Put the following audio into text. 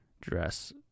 dress